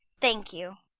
thank you.